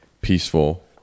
peaceful